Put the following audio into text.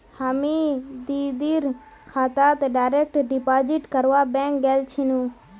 हामी दीदीर खातात डायरेक्ट डिपॉजिट करवा बैंक गेल छिनु